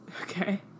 Okay